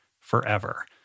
forever